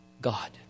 God